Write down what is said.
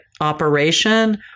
operation